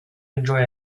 enjoy